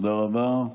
תודה רבה.